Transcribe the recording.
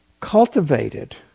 cultivated